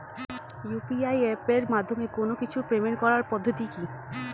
UPI এপের মাধ্যমে কোন কিছুর পেমেন্ট করার পদ্ধতি কি?